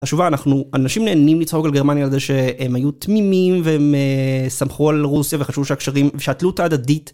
תשובה אנחנו אנשים נהנים לצעוק על גרמניה על זה שהם היו תמימים והם סמכו על רוסיה וחשבו שהקשרים שהתלות ההדדית